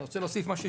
אני רוצה להוסיף משהו,